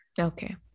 Okay